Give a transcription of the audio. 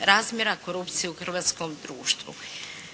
razmjera korupcije u hrvatskom društvu.